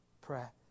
prayer